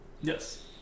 Yes